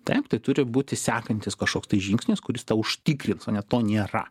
taip tai turi būti sekantis kažkoks tai žingsnis kuris užtikrins o ne to nėra